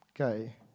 Okay